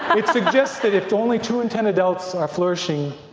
and it suggests that if only two in ten adults are flourishing,